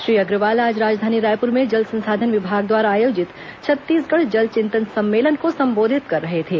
श्री अग्रवाल आज राजधानी रायपुर में जल संसाधन विभाग द्वारा आयोजित छत्तीसगढ़ जल चिंतन सम्मेलन को संबोधित कर रहे थे